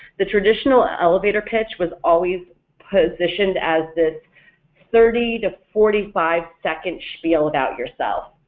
the traditional elevator pitch was always positioned as this thirty to forty five seconds spiel without yourself.